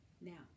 now